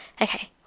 okay